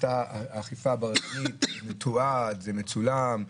הייתה אכיפה בררנית, זה מתועד, זה מצולם.